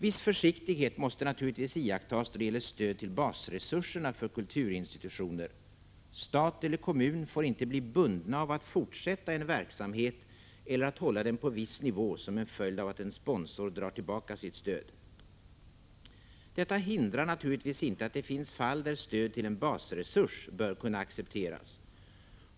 Viss försiktighet måste naturligtvis iakttas då det gäller stöd till basresurserna för kulturinstitutioner. Stat eller kommun får nämligen inte bli bundna av att fortsätta en verksamhet eller att hålla den på viss nivå som en följd av att en sponsor drar tillbaka sitt stöd. Detta hindrar naturligtvis inte att det finns fall där stöd till en basresurs bör kunna accepteras.